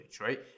right